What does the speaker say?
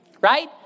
Right